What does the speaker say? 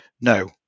No